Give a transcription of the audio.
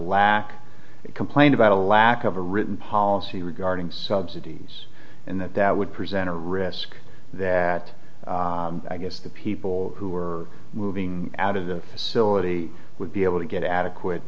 lack complained about a lack of a written policy regarding subsidies and that that would present a risk that i guess the people who were moving out of the facility would be able to get adequate